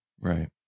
right